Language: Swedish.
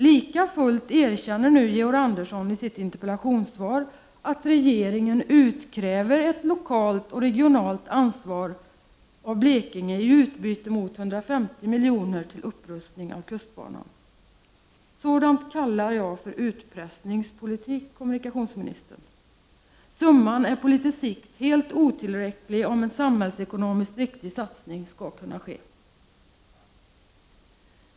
Likafullt erkänner Georg Andersson i sitt interpellationssvar att regeringen utkräver ett lokalt och regionalt ansvar av Blekinge i utbyte mot 150 miljoner till upprustning av kustbanan. Sådant kallar jag för utpressningspolitik, kommunikationsministern! Summan är på litet sikt helt otillräcklig om en samhällsekonomiskt riktig satsning skall kunna ske.